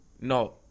no